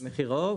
מחיר העוף.